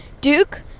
Duke